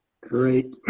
Great